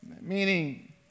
meaning